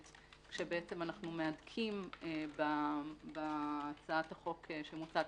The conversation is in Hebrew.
שבעצם אנחנו מהדקים בהצעת החוק שמוצעת,